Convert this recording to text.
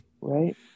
Right